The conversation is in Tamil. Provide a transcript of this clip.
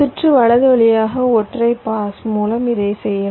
சுற்று வலது வழியாக ஒற்றை பாஸ் மூலம் இதைச் செய்யலாம்